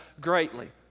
greatly